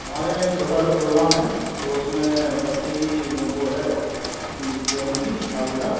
हमारे यहाँ एक छोटा सा प्रोग्राम है तो उसमें बच्चे की वो है जन्म की सालगिरह